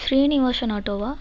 Srinivasan ஆட்டோவா